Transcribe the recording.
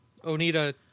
Onita